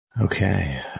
Okay